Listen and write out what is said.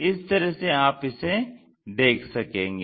इस तरह से आप इसे देख सकेंगे